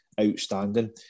outstanding